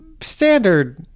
standard